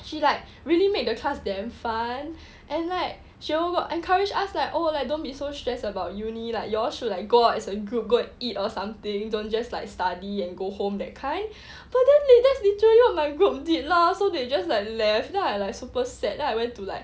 she like really make the class damn fun and like she'll got encouraged us like oh like don't be so stressed about uni like you all should like go out is a group group eat or something don't just like study and go home that kind but then that's literally what my group did lah so they just like left I was like super sad then I went to like